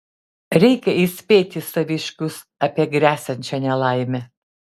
reikia įspėti saviškius apie gresiančią nelaimę